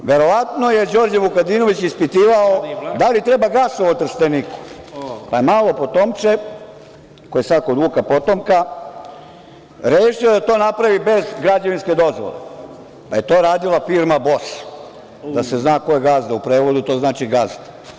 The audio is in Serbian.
Nadalje, verovatno je Đorđe Vukadinović ispitivao da li treba gasovod Trsteniku, pa je malo potomče, koje je sad kod Vuka potomka, rešio da to napravi bez građevinske dozvole, pa je to radila firma „Bos“, da se zna ko je gazda, u prevodu to znači gazda.